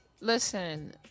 listen